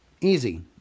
easy